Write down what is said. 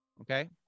okay